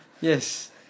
Yes